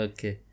Okay